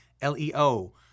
L-E-O